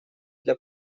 для